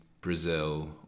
Brazil